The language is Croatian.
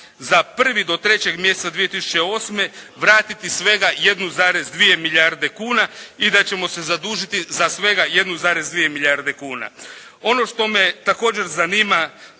za prvi do trećeg mjeseca 2008. vratiti svega 1,2 milijarde kuna i da ćemo se zadužiti za svega 1,2 milijarde kuna. Ono što me također zanima,